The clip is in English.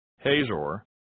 Hazor